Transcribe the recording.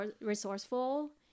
resourceful